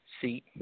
seat